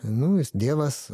nu jis dievas